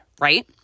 right